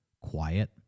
quiet